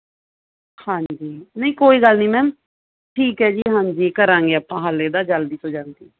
ਹਾਂਜੀ ਨਹੀਂ ਕੋਈ ਗੱਲ ਨਹੀਂ ਮੈਮ ਠੀਕ ਹੈ ਜੀ ਹਾਂਜੀ ਕਰਾਂਗੇ ਆਪਾਂ ਹੱਲ ਇਹਦਾ ਜਲਦੀ ਤੋਂ ਜਲਦੀ